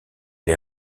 les